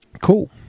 Cool